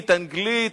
אנגלית,